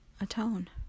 atone